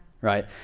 right